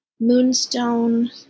moonstone